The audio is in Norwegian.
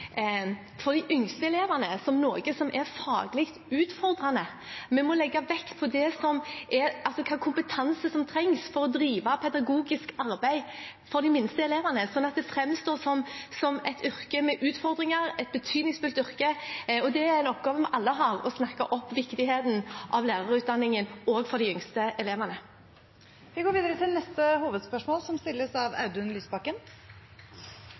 må legge vekt på hvilken kompetanse som trengs for å drive pedagogisk arbeid for de minste elevene, slik at det framstår som et yrke med utfordringer – et betydningsfullt yrke. Det er en oppgave vi alle har: å snakke opp viktigheten av lærerutdanningen også for de yngste elevene. Vi går videre til neste hovedspørsmål.